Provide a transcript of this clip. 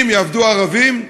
אם יעבדו ערבים,